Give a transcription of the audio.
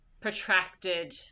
protracted